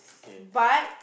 okay